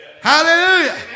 Hallelujah